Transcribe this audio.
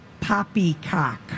poppycock